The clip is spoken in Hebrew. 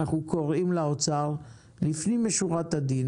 אנחנו קוראים לאוצר לפנים משורת הדין